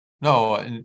No